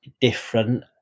different